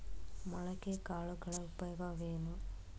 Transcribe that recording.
ಮೊಳಕೆ ಕಾಳುಗಳ ಉಪಯೋಗವೇನು?